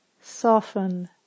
soften